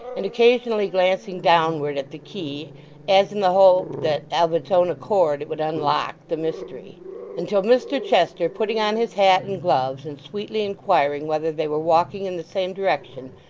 and occasionally glancing downward at the key as in the hope that of its own accord it would unlock the mystery until mr chester, putting on his hat and gloves, and sweetly inquiring whether they were walking in the same direction,